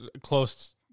close